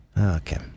Okay